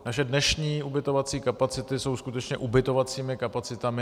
Naše dnešní ubytovací kapacity jsou skutečně ubytovacími kapacitami.